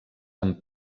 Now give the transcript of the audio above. amb